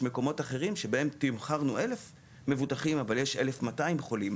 יש מקומות אחרים שבהם תמחרנו 1,000 מבוטחים אבל יש 1,200 חולים.